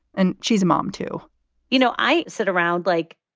and she's a mom, too you know, i sit around, like,